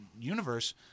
universe